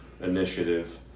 initiative